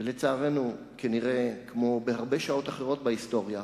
ולצערנו כנראה, כמו בהרבה שעות אחרות בהיסטוריה,